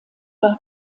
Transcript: war